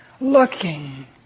looking